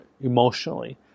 emotionally